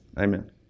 Amen